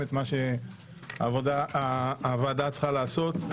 מעט את העבודה שתוטל על הוועדה שתקום.